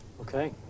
Okay